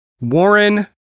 Warren